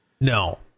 No